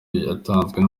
yatanzwe